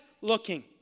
looking